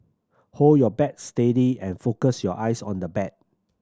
hold your bat steady and focus your eyes on the bat